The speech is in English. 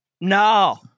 No